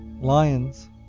Lions